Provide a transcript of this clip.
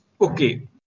okay